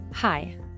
Hi